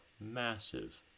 massive